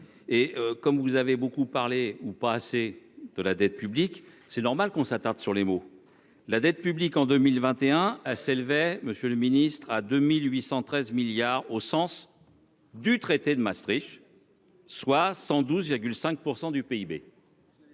et comme vous avez beaucoup parlé ou pas assez de la dette publique. C'est normal qu'on s'attarde sur les mots. La dette publique en 2021. Ah s'élevait, monsieur le ministre, à 2813 milliards au sens du traité de Maastricht. Soit 112 5 % du PIB.